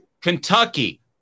Kentucky